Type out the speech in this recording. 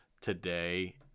today